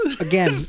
again